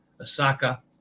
Osaka